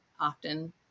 often